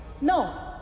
No